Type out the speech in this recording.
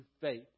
faith